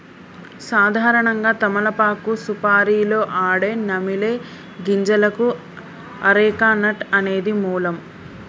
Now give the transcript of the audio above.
సాధారణంగా తమలపాకు సుపారీలో ఆడే నమిలే గింజలకు అరెక నట్ అనేది మూలం